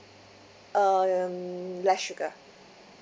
um less sugar